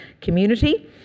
community